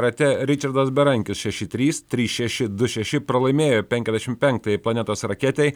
rate ričardas berankis šeši trys trys šeši du šeši pralaimėjo penkiasdešimt penktąjį planetos raketei